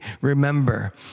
Remember